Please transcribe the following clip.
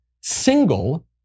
single